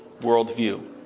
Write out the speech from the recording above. worldview